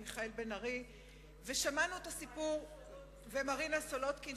מיכאל בן-ארי ומרינה סולודקין,